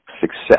success